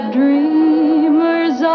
dreamers